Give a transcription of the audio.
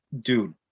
dude